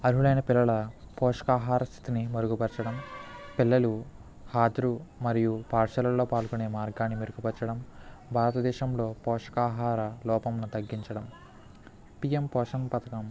అర్హులైన పిల్లల పోషకాహార స్థితిని మరుగుపరచడం పిల్లలు హాతృ మరియు పాఠశాలలో పాల్గొనే మార్గాన్ని మెరుగుపరచడం భారతదేశంలో పోషకాహార లోపంను తగ్గించడం పిఎం పోషణ్ పథకం